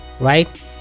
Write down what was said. right